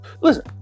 listen